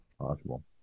Possible